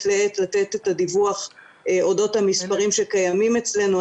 לעת לתת את הדיווח אודות המספרים שקיימים אצלנו.